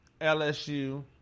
LSU